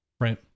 Right